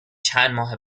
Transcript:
چندماه